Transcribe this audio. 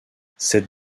cette